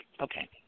okay